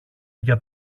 για